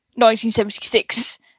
1976